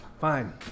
Fine